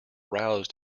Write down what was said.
aroused